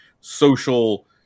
social